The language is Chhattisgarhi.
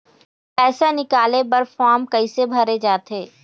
पैसा निकाले बर फार्म कैसे भरे जाथे?